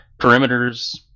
perimeters